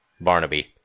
Barnaby